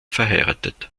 verheiratet